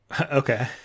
Okay